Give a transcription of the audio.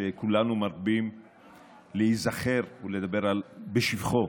שכולנו מרבים להיזכר ולדבר בשבחו.